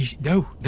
no